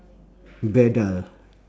beardile